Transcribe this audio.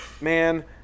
Man